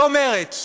לא מרצ,